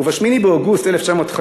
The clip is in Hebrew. וב-8 באוגוסט 1995